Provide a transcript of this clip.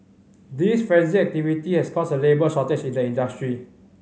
this frenetic activity has created a labour shortage in the industry